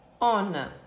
on